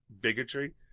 bigotry